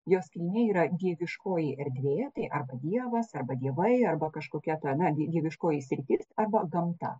jos kilmė yra dieviškoji erdvė tai arba dievas arba dievai arba kažkokia ta netgi dieviškoji sritis arba gamta